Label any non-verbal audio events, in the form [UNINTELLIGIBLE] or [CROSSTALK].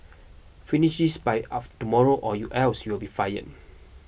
finish this by [UNINTELLIGIBLE] tomorrow or you else you'll be fire